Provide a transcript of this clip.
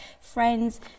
friends